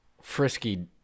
frisky